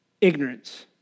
Ignorance